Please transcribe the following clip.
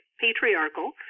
patriarchal